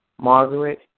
Margaret